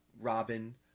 Robin